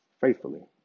faithfully